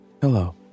hello